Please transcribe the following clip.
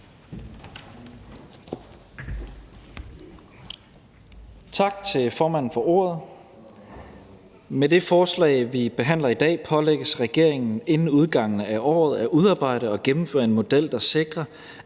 Tak til formanden for ordet. Med det forslag, vi behandler i dag, pålægges regeringen inden udgangen af året at udarbejde og gennemføre en model, der sikrer,